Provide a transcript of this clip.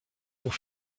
pour